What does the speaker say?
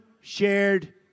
shared